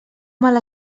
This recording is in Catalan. mal